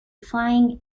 flying